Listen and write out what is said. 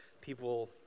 people